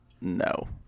No